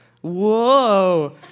Whoa